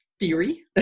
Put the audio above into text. Theory